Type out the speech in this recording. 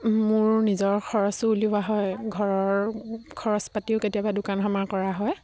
মোৰ নিজৰ খৰচো উলিওৱা হয় ঘৰৰ খৰচ পাতিও কেতিয়াবা দোকান সমাৰ কৰা হয়